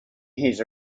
his